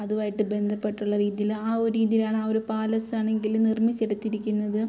അതുമായിട്ട് ബന്ധപ്പെട്ടുള്ള രീതിയിൽ ആ ഒരു ഇതിലാണ് ആ ഒരു പാലസാണെങ്കിൽ നിർമ്മിച്ചെടുത്തിരിക്കുന്നത്